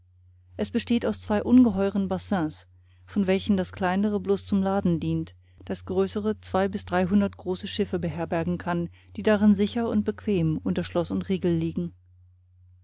er besteht aus zwei ungeheuren bassins von welchen das kleinere bloß zum laden dient das größere zwei bis dreihundert große schiffe beherbergen kann die darin sicher und bequem unter schloß und riegel liegen